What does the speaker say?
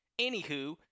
anywho